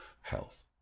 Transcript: health